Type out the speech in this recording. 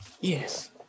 Yes